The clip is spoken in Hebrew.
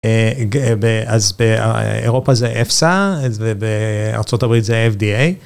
אז באירופה זה אפסה ובארה״ב זה FDA.